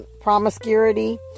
promiscuity